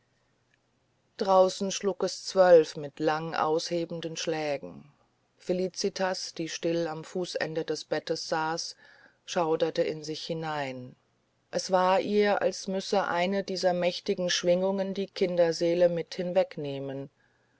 draußen schlug es zwölf mit lang aushebenden schlägen felicitas die still am fußende des bettes saß schauerte in sich hinein es war ihr als müsse eine dieser mächtigen schwingungen die kinderseele mit hinwegnehmen